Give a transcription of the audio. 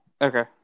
Okay